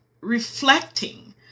reflecting